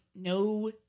no